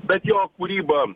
bet jo kūryba